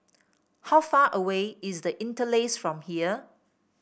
how far away is The Interlace from here